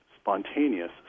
spontaneous